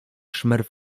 szmer